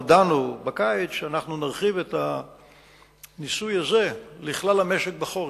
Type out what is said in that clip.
הודענו בקיץ שאנחנו נרחיב את הניסוי הזה לכלל המשק בחורף,